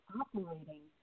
operating